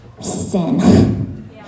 Sin